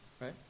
Right